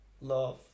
love